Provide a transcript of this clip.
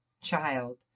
child